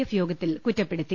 F യോഗത്തിൽ കുറ്റപ്പെടുത്തി